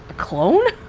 clone?